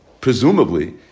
presumably